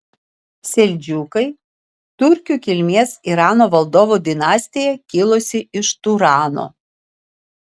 seldžiukai tiurkų kilmės irano valdovų dinastija kilusi iš turano